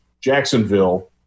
Jacksonville